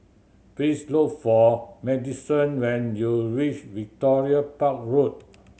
please look for Maddison when you reach Victoria Park Road